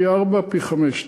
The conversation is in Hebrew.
פי-ארבעה, פי-חמישה.